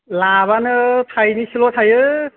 लाबानो थाइनैसोल' थायो